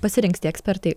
pasirinks tie ekspertai